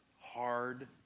hard